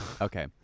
Okay